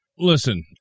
Listen